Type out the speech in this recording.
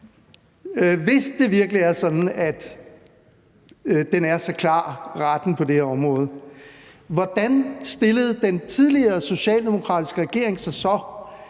Hvis det virkelig er sådan, at retten på det her område er så klar, hvordan stillede den tidligere socialdemokratiske regering sig så,